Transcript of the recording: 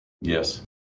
Yes